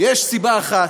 יש סיבה אחת,